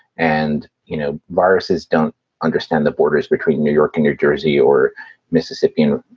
and, you know, viruses don't understand the borders between new york and new jersey or mississippi. and